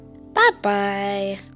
Bye-bye